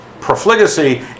Profligacy